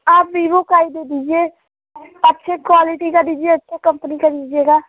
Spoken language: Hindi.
आप वीवो काल दे दीजिए अच्छी क्वालिटी का दीजिए अच्छी कंपनी का दीजिएगा